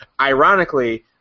Ironically